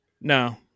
No